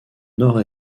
nord